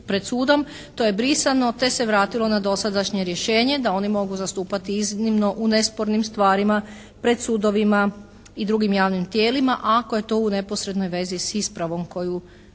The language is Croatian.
To je brisano te se vratilo na dosadašnje rješenje da oni mogu zastupati iznimno u nespornim stvarima pred sudovima i drugim javnim tijelima ako je to u neposrednoj vezi s ispravom koju